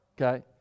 Okay